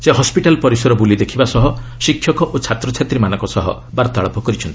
ସେ ହସ୍କିଟାଲ୍ ପରିସର ବୁଲି ଦେଖିବା ସହ ଶିକ୍ଷକ ଓ ଛାତ୍ରଛାତ୍ରୀମାନଙ୍କ ସହ ବାର୍ତ୍ତାଳାପ କରିଛନ୍ତି